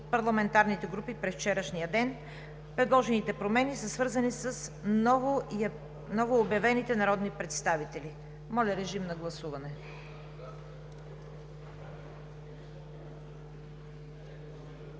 парламентарните групи през вчерашния ден. Предложените промени са свързани с новообявените народни представители. Моля, режим на гласуване.